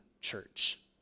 church